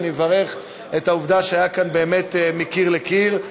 ואני מברך על העובדה שזה היה כאן באמת מקיר לקיר.